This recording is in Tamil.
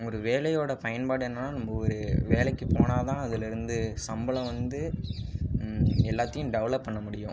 ஒரு வேலையோட பயன்பாடு என்னென்னா நம்ம ஒரு வேலைக்கு போனால்தான் அதிலருந்து சம்பளம் வந்து எல்லாத்தையும் டெவலப் பண்ண முடியும்